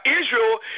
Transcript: Israel